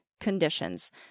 conditions